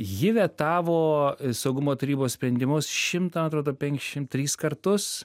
ji vetavo saugumo tarybos sprendimus šimtą atrodo penkiasdešim tris kartus